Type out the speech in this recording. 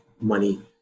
money